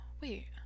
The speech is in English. wait